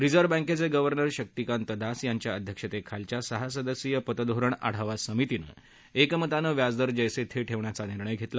reserve बँकेचे governor Shaktikanta Das यांच्या अध्यक्षतेखालच्या सहा सदस्यीय पतधोरण आढावा समितीनं एकमतानं व्याजदर जस्ती थे ठेवण्याचा निर्णय घेतला